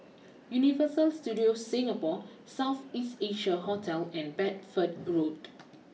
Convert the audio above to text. Universal Studios Singapore South East Asia Hotel and Bedford Road